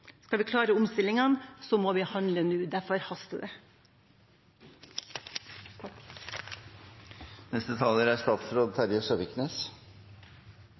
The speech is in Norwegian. Skal vi klare omstillingene, må vi handle nå. Derfor haster det. La meg først slå fast at det er